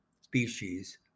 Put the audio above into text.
species